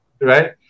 right